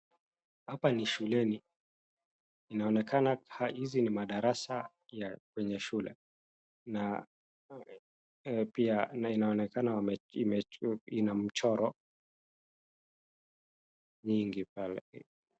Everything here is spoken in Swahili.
Hapa ni shuleni, inaonekana hizi ni madarasa ya kwenye shule na pia inaonekana ina mchoro mingi pale.